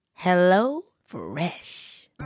HelloFresh